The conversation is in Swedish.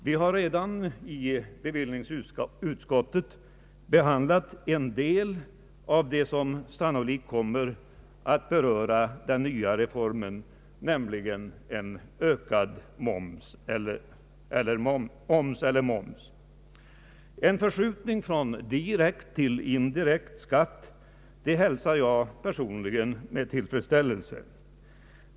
Vi har redan i bevillningsutskottet behandlat en del av det som sannolikt kommer att beröra den nya reformen, nämligen en ökad moms. En förskjutning från direkt till indirekt skatt hälsar jag personligen med tillfredsställelse.